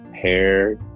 hair